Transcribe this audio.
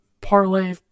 parlay